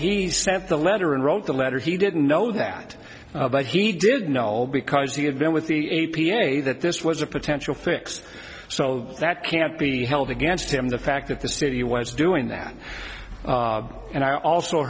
he sent the letter and wrote the letter he didn't know that but he did know because he had been with the a p a that this was a potential fix so that can't be held against him the fact that the city was doing that and i also